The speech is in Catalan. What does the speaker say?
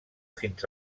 fins